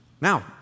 Now